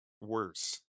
worse